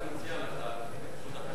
אני רק מציע לך, חבר הכנסת,